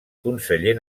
conseller